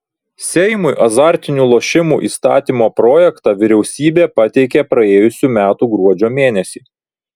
seimui azartinių lošimų įstatymo projektą vyriausybė pateikė praėjusių metų gruodžio mėnesį